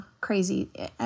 crazy